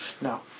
No